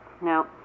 No